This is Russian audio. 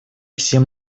всем